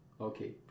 Okay